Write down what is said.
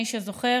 מי שזוכר,